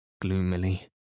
gloomily